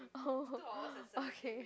oh okay